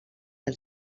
del